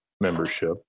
membership